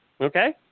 Okay